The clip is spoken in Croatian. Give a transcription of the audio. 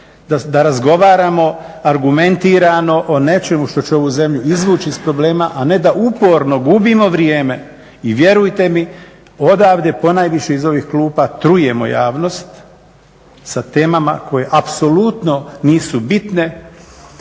da razgovaramo, argumentirano o nečemu što će ovu zemlji izvući iz problema, a ne da uporno gubimo vrijeme. I vjerujte mi odavde ponajviše iz ovih klupa trujemo javnost sa temama koje apsolutno nisu bitne.